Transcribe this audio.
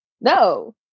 no